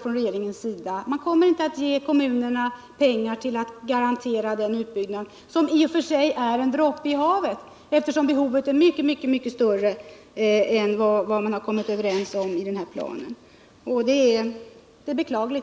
från regeringens sida inte kommer att säkra barnomsorgen. Man kommer inte att ge kommunerna pengar för att garantera den utbyggnad som i och för sig är en droppe i havet, eftersom behovet är mycket, mycket större än vad parterna kommit överens om i den föreliggande planen. Detta är beklagligt.